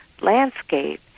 landscape